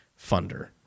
funder